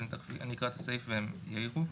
אני אקרא את הסעיף והם יעירו.